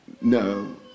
No